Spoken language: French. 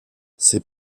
ces